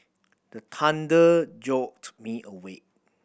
the thunder jolt me awake